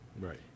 Right